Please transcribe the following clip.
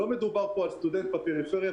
לא מדובר פה על סטודנט בפריפריה,